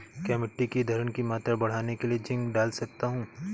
क्या मिट्टी की धरण की मात्रा बढ़ाने के लिए जिंक डाल सकता हूँ?